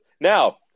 Now